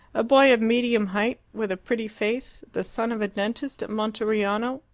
a boy of medium height with a pretty face, the son of a dentist at monteriano.